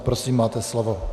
Prosím, máte slovo.